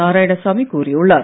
நாராயணசாமி கூறியுள்ளார்